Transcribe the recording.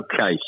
Okay